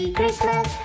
Christmas